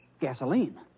Gasoline